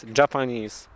japanese